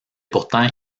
pourtant